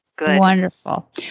wonderful